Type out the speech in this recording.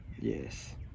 yes